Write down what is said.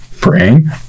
Praying